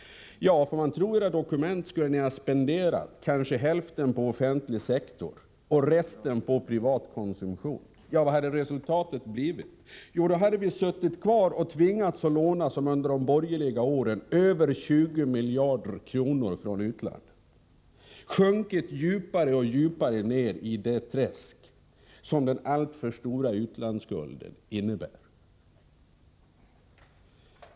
Om man får tro era dokument, skulle ni ha spenderat kanske hälften av den summan på den offentliga sektorn och resten på privat konsumtion. Vad hade resultatet blivit? Jo, vi skulle då ha tvingats låna — så var fallet under de borgerliga åren — över 20 miljarder kronor från utlandet. Vi hade så att säga sjunkit djupare och djupare ner i det träsk som den alltför stora utlandsskulden utgör.